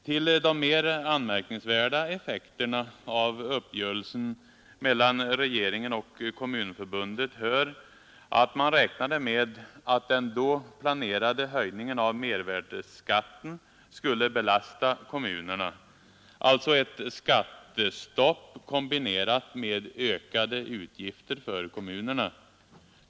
Till de mera anmärkningsvärda effekterna av uppgörelsen mellan regeringen och kommunförbunden hör att man räknade med att den då planerade höjningen av mervärdeskatten skulle belasta kommunerna, alltså ett skattestopp kombinerat med ökade utgifter för kommunerna.